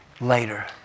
later